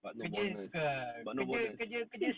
but no bonus but no bonus